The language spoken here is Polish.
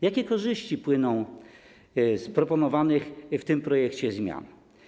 Jakie korzyści płyną z proponowanych w tym projekcie zmian?